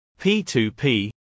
P2P